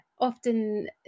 often